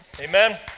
Amen